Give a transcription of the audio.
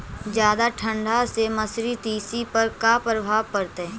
जादा ठंडा से मसुरी, तिसी पर का परभाव पड़तै?